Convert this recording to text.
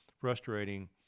frustrating